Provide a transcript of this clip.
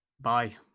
bye